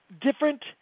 different